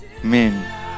amen